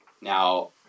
Now